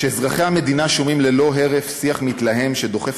כשאזרחי המדינה שומעים ללא הרף שיח מתלהם שדוחף